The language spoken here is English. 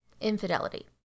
infidelity